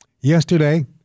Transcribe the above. Yesterday